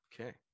okay